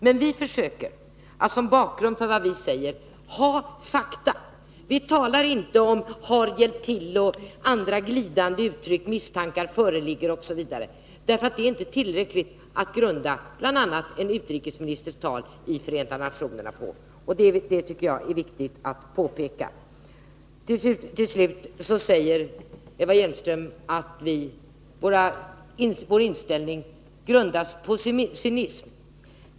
Men vi försöker att som bakgrund för vad vi säger ha fakta. Vi använder inte sådana glidande uttryck som ”har hjälpt till” och ”misstankar föreligger”. Det är inte tillräckligt som grund för t.ex. en utrikesministers tal i Förenta nationerna. Det tycker jag att det är viktigt att påpeka. Till slut säger Eva Hjelmström att vår inställning grundas på cynism.